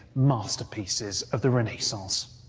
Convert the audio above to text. masterpieces of the renaissance.